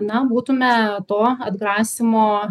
na būtume to atgrasymo